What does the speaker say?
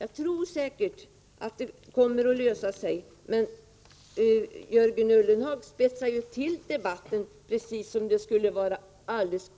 Jag tror säkert att det kommer att lösa sig, men Jörgen Ullenhag spetsar ju till debatten som om det skulle vara